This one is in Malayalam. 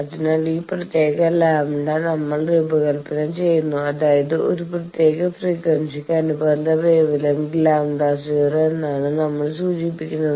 അതിനാൽ ഈ പ്രത്യേക ലാംഡ λ നമ്മൾ രൂപകൽപന ചെയ്യുന്നു അതായത് ഒരു പ്രത്യേക ഫ്രീക്വൻസിക്ക് അനുബന്ധ വേവ് ലെങ്ത് λ0 എന്നാണ് നമ്മൾ സൂചിപ്പിക്കുന്നത്